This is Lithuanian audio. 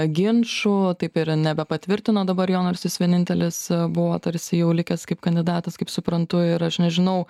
ginčų taip ir nebepatvirtino dabar jo nors jis vienintelis buvo tarsi jau likęs kaip kandidatas kaip suprantu ir aš nežinau